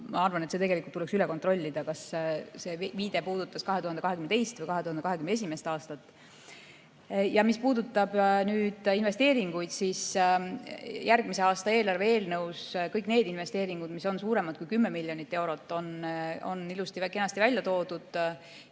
ma arvan, et tuleks üle kontrollida, kas see viide puudutas 2022. või 2021. aastat. Mis puudutab investeeringuid, siis järgmise aasta eelarve eelnõus on kõik need investeeringud, mis on suuremad kui 10 miljonit eurot, ilusti-kenasti välja toodud.